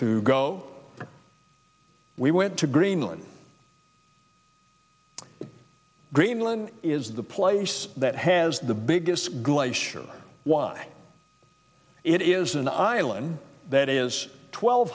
to go we went to greenland greenland is the place that has the biggest glacier why it is an island that is twelve